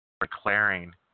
declaring